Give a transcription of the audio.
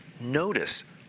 notice